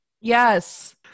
yes